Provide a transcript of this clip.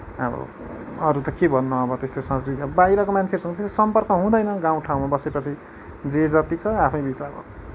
अब अरू त के भन्नु अब त्यस्तो संस्कृति अब बाहिरको मान्छेहरूसँग त्यसरी सम्पर्क हुँदैन गाँउ ठाउँमा बसेपछि जे जति छ आफैभित्र अब